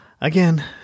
Again